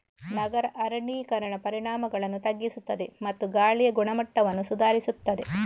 ನಗರ ಅರಣ್ಯೀಕರಣ ಪರಿಣಾಮಗಳನ್ನು ತಗ್ಗಿಸುತ್ತದೆ ಮತ್ತು ಗಾಳಿಯ ಗುಣಮಟ್ಟವನ್ನು ಸುಧಾರಿಸುತ್ತದೆ